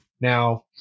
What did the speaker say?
Now